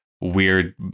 weird